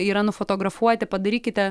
yra nufotografuoti padarykite